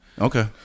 Okay